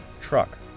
truck